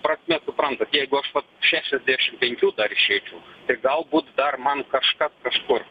prasme suprantat jeigu aš vat šešiasdešim penkių dar išeičiau tai galbūt dar man kažkas kažkur